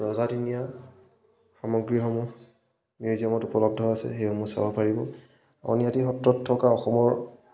ৰজাদিনীয়া সামগ্ৰীসমূহ মিউজিয়ামত উপলব্ধ আছে সেইসমূহ চাব পাৰিব আউনীআটি সত্ৰত থকা অসমৰ